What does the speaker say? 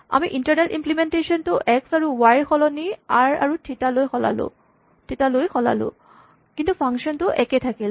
আমি internal implementation টো X আৰু ৱাই ৰ সলনি আৰ আৰু থিতা লৈ সলালোঁ কিন্তু ফাংচন টো একেই থাকিল